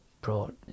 brought